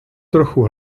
trochu